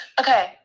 okay